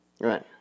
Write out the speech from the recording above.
Right